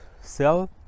sell